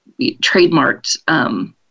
trademarked